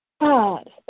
God